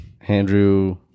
Andrew